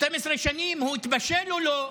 12 שנים, הוא התבשל או לא?